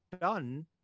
done